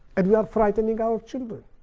and we are frightening our children.